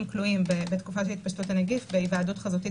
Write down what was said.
כלואים בתקופה של התפשטות הנגיף בהיוועדות חזותית